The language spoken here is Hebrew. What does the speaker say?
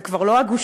זה כבר לא הגושים,